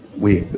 we,